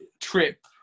trip